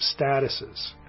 statuses